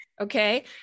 okay